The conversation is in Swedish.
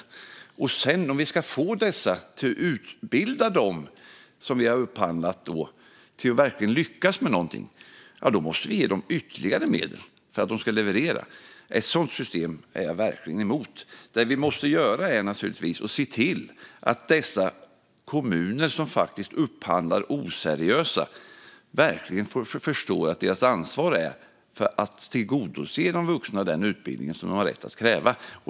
För att sedan få dessa att genomföra utbildning - dem vi har upphandlat - och verkligen lyckas måste vi ge dem ytterligare medel för att de ska leverera. Ett sådant system är jag verkligen emot. Vi måste naturligtvis se till att de kommuner som upphandlar oseriösa aktörer verkligen förstår att deras ansvar är att tillgodose de vuxna den utbildning de har rätt att kräva.